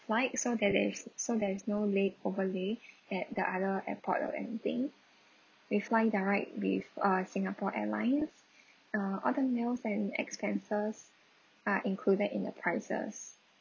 flight so there there's so there is no late overlay at the other airport or anything we flying direct with uh singapore airlines uh all the meals and expenses are included in the prices